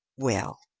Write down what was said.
well,